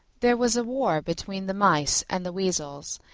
there was war between the mice and the weasels,